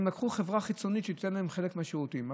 הם לקחו חברה חיצונית שנותנת להם חלק מהשירותים,